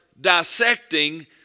dissecting